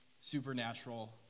supernatural